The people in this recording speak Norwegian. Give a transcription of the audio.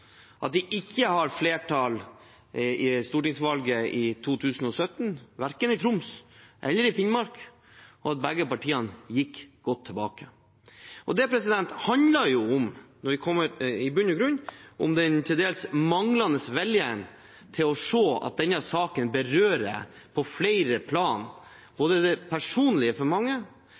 at de ikke fikk flertall ved stortingsvalget i 2017, verken i Troms eller i Finnmark, og at begge partiene gikk godt tilbake. Det handler i bunn og grunn om den til dels manglende viljen til å se at denne saken på flere plan berører det personlige for mange,